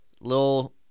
little